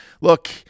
Look